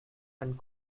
and